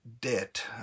debt